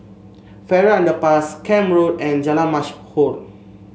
Farrer Underpass Camp Road and Jalan Mashhor